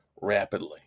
rapidly